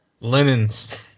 Linens